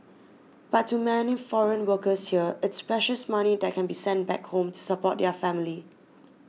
but to many foreign workers here it's precious money that can be sent back home to support their family